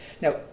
now